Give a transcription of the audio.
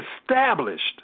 established